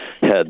head